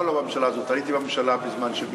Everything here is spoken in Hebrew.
לא, לא בממשלה הזאת, הייתי בממשלה בזמן של ביבי.